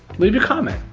leave a comment,